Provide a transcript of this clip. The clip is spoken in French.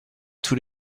tous